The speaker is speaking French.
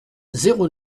zéro